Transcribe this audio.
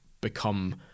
become